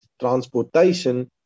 transportation